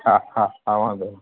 હા હા હા વાંધો નહીં